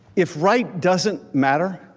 if right doesn't matter,